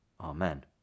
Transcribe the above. Amen